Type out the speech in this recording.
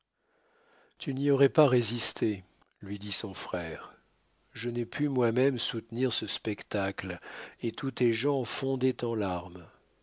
tu n'y aurais pas résisté lui dit son frère je n'ai pu moi-même soutenir ce spectacle et tous tes gens fondaient en larmes